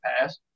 past